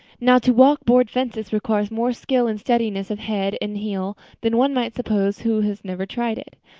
now, to walk board fences requires more skill and steadiness of head and heel than one might suppose who has never tried it.